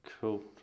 cool